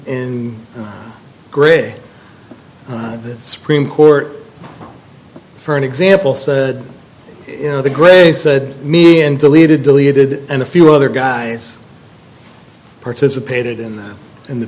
and gray the supreme court for an example said you know the gray said me and deleted deleted and a few other guys participated in the in the